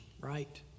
right